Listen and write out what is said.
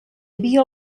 havia